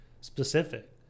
specific